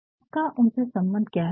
आपका उनसे सम्बन्ध क्या हैं